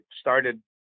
started